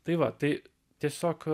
tai va tai tiesiog